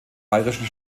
bayerischen